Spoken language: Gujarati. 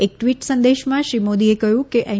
એક ટ્વિટ સંદેશમાં શ્રી મોદીએ કહ્યું છે કે એન